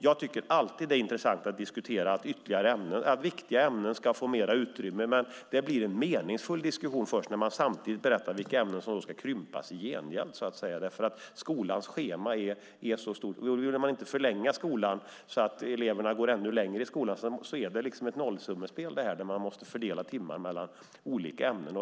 Jag tycker alltid att det är intressant att diskutera att viktiga ämnen ska få mer utrymme, men diskussionen blir meningsfull först när man samtidigt berättar vilka ämnen som ska krympas. Om man inte vill förlänga skoltiden är det ett nollsummespel där man måste fördela timmarna mellan olika ämnen.